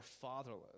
fatherless